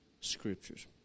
scriptures